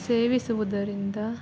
ಸೇವಿಸುವುದರಿಂದ